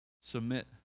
submit